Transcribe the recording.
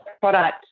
product